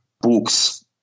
books